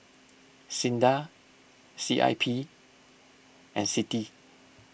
Sinda C I P and Citi